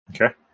Okay